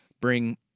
Bring